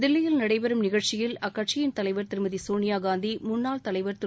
தில்லியில் நடைபெறும் நிகழ்ச்சியில் அக்கட்சியின் தலைவர் திருமதி சோனியா காந்தி முன்னாள் தலைவர் திரு